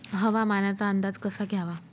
हवामानाचा अंदाज कसा घ्यावा?